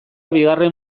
bigarren